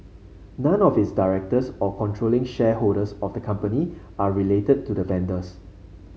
none of its directors or controlling shareholders of the company are related to the vendors